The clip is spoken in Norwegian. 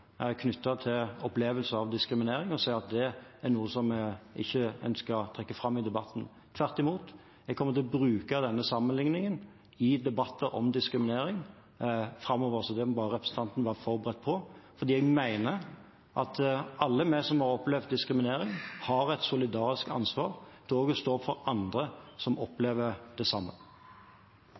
til opplevelse av diskriminering og sier at det er noe som vi ikke ønsker å trekke fram i debatten. Tvert imot, jeg kommer til å bruke denne sammenligningen i debatter om diskriminering framover. Det må bare representanten være forberedt på, fordi jeg mener at alle vi som har opplevd diskriminering, har et solidarisk ansvar for å stå opp for andre som opplever det samme.